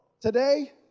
Today